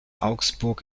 augsburg